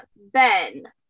Ben